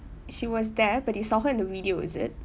she was there but he saw her in the video is it